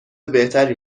بهتری